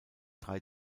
drei